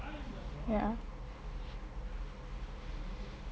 ya